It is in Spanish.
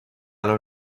las